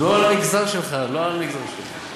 מדובר על המגזר שלך, לא על המגזר שלי.